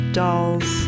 dolls